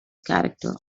character